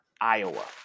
iowa